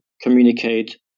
communicate